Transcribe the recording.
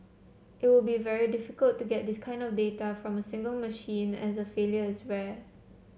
it would be very difficult to get this kind of data from a single machine as failure is rare